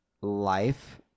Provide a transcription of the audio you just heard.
life